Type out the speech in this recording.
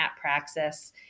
Praxis